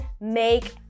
make